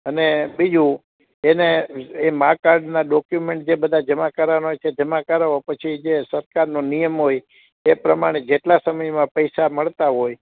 અને બીજું એને એ માં કાર્ડના ડોક્યુમેન્ટ જે બધા જમા કરાવવાના હોય છે એ જમા કરાવો પછી જે સરકારનો નિયમ હોય એ પ્રમાણે જેટલા સમયમાં પૈસા મળતા હોય